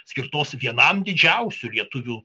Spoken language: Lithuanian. skirtos vienam didžiausių lietuvių